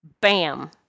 Bam